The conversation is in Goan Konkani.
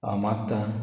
हांव मागता